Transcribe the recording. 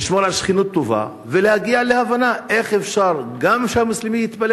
לשמור על שכנות טובה ולהגיע להבנה איך אפשר שהמוסלמי יתפלל